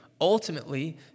ultimately